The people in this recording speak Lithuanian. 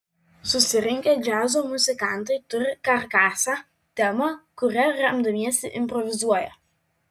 susirinkę džiazo muzikantai turi karkasą temą kuria remdamiesi improvizuoja